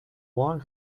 long